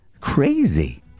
Crazy